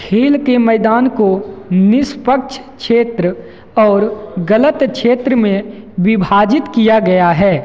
खेल के मैदान को निष्पक्ष क्षेत्र और गलत क्षेत्र में विभाजित किया गया है